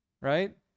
right